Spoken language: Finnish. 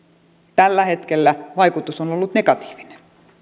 tällä hetkellä vaikutus on ollut negatiivinen